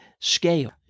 scale